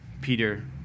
Peter